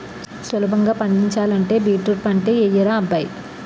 సులభంగా పండించాలంటే బీట్రూట్ పంటే యెయ్యరా అబ్బాయ్